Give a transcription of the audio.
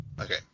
Okay